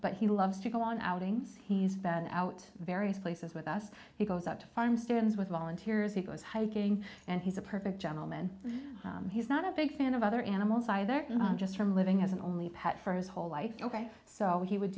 but he loves to go on outings he's out various places with us he goes out to farm stands with volunteers he goes hiking and he's a perfect gentleman he's not a big fan of other animals either just from living as an only pet for his whole life ok so he would